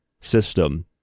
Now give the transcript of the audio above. system